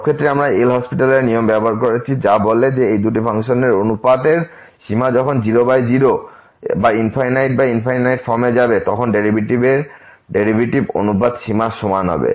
সব ক্ষেত্রেই আমরা LHospital নিয়ম ব্যবহার করেছি যা বলে যে দুটি ফাংশনের অনুপাতের সীমা যখন তারা 00 বা ফর্মে যাবে তখন ডেরিভেটিভের ডেরিভেটিভস অনুপাতের সীমার সমান হবে